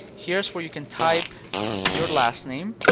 here's where you can type your last name